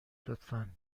لطفا